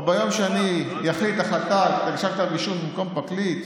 או ביום שאני אחליט החלטה על הגשת כתב אישום במקום פרקליט,